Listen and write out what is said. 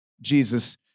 Jesus